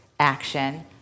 Action